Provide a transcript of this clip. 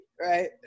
right